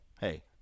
Hey